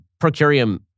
procurium